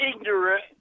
ignorant